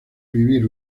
vivir